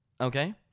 okay